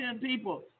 people